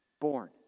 born